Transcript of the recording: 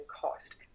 cost